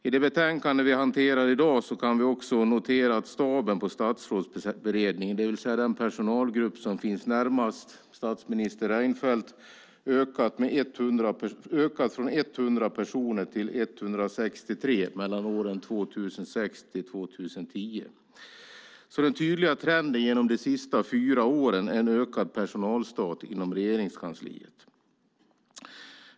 I det betänkande vi behandlar i dag konstaterar vi att staben på statsrådsberedningen, det vill säga den personalgrupp som finns närmast statsminister Reinfeldt, har ökat från 100 till 163 personer mellan 2006 och 2010. Den tydliga trenden de senaste fyra åren är en ökad personalstat inom Regeringskansliet.